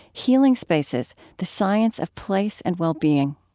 healing spaces the science of place and well-being